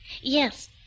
Yes